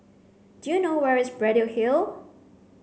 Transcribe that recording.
do you know where is Braddell Hill